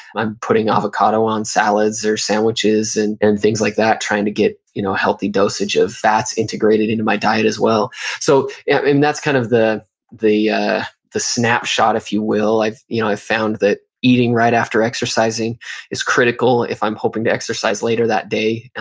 i'm putting avocado on salads or sandwiches and and things like that trying to get a you know healthy dosage of fats integrated into my diet as well so yeah and that's kind of the the ah snapshot, if you will. i've you know i've found that eating right after exercising is critical if i'm hoping to exercise later that day,